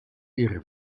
ihre